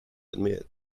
admit